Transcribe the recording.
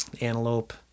antelope